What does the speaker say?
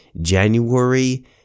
January